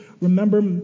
remember